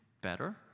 better